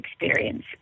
experience